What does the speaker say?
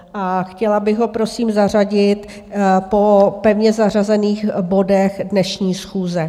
A chtěla bych ho, prosím, zařadit po pevně zařazených bodech dnešní schůze.